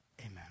amen